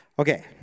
Okay